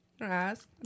ask